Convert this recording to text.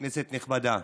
כנסת נכבדה,